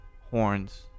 horns